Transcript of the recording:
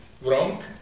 wrong